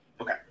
Okay